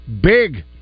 big